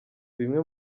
bimwe